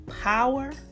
power